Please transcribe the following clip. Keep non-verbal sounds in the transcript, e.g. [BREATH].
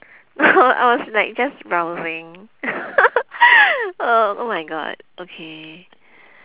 [BREATH] no I was like just browsing [LAUGHS] oh oh my god okay